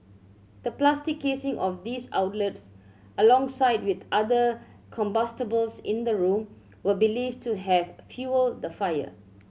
the plastic casing of these outlets alongside with other combustibles in the room were believed to have fuelled the fire